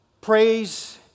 Praise